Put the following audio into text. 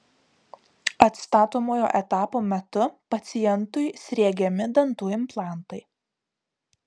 atstatomojo etapo metu pacientui sriegiami dantų implantai